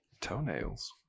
toenails